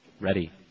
Ready